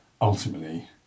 ultimately